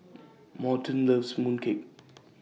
Morton loves Mooncake